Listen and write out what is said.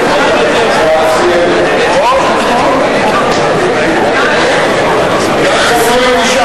מרצ לסעיף 7 לא נתקבלה.